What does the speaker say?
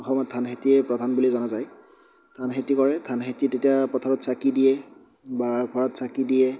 অসমত ধান খেতিয়ে প্ৰধান বুলি জনা যায় ধান খেতি কৰে ধান খেতি তেতিয়া পথাৰত চাকি দিয়ে বা ঘৰত চাকি দিয়ে